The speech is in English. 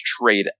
trade